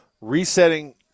Resetting